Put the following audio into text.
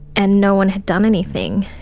and no one had done anything,